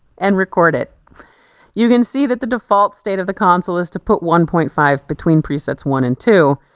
and record it you can see that the default state of the console is to put one point five between presets one and two,